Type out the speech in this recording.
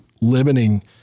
limiting